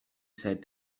said